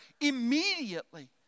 immediately